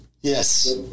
Yes